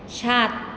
সাত